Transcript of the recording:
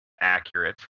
accurate